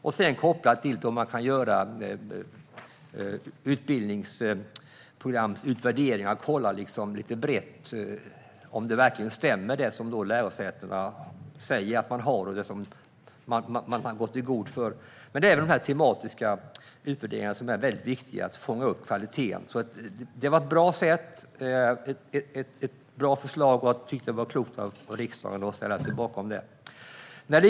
Det kopplas också till att man kan göra en utvärdering av programmen och kolla lite brett om det som lärosätena säger och går i god för att de har verkligen stämmer. Det är de tematiska utvärderingarna som är viktiga när det gäller att fånga upp kvaliteten. Det var ett bra sätt och ett bra förslag, och jag tyckte att det var klokt av riksdagen att ställa sig bakom detta.